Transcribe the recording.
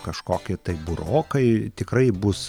kažkokie tai burokai tikrai bus